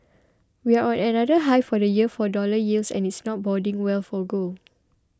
we're on another high for the year for dollar yields and it's not boding well for good